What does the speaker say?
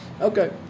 Okay